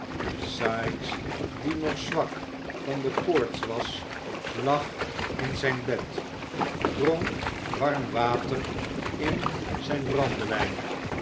sikes die nog zwak van de koorts was lag in zijn bed dronk warm water in zijn brandewijn